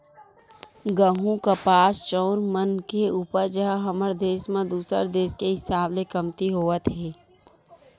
गहूँ, कपास, चाँउर मन के उपज ह हमर देस म दूसर देस के हिसाब ले कमती होवत हे